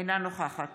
אינה נוכחת